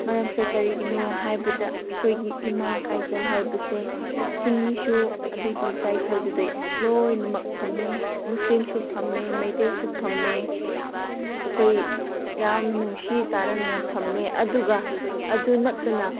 ꯃꯔꯝꯁꯦ ꯀꯔꯤꯒꯤꯅꯣ ꯍꯥꯏꯕꯗ ꯑꯩꯈꯣꯏꯒꯤ ꯏꯃꯥ ꯀꯩꯊꯦꯜ ꯍꯥꯏꯕꯁꯦ ꯆꯤꯡꯃꯤꯁꯨ ꯑꯗꯨꯒꯤ ꯀꯩꯊꯦꯜꯗꯨꯗ ꯂꯣꯏꯅꯃꯛ ꯐꯝꯃꯦ ꯃꯨꯁꯂꯤꯝꯁꯨ ꯐꯝꯃꯦ ꯃꯩꯇꯩꯁꯨ ꯐꯝꯃꯦ ꯑꯩꯈꯣꯏ ꯌꯥꯝ ꯅꯨꯡꯁꯤ ꯆꯥꯟꯅꯅ ꯐꯝꯃꯦ ꯑꯗꯨꯒ ꯑꯗꯨ ꯅꯠꯇꯅ